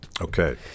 Okay